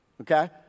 Okay